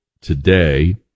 today